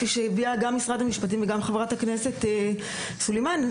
כפי שהביע גם משרד המשפטים וגם חברת הכנסת תומא סלימאן,